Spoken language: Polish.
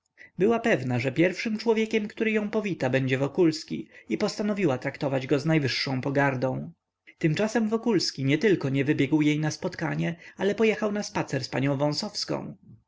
była pewna że pierwszym człowiekiem który ją powita będzie wokulski i postanowiła traktować go z najwyższą pogardą tymczasem wokulski nietylko nie wybiegł na jej spotkanie ale pojechał na spacer z panią